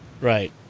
Right